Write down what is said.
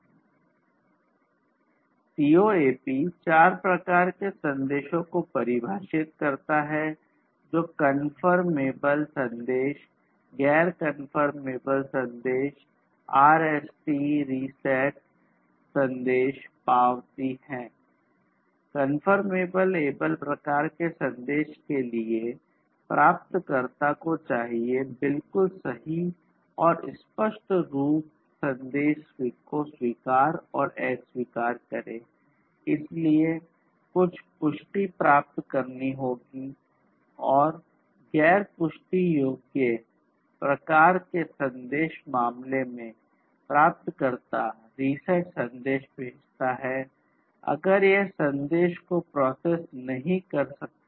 COEP चार प्रकार के संदेशों को परिभाषित करता है जो कंफर्म एबल संदेश भेजता है अगर यह संदेश को प्रोसेस नहीं कर सकते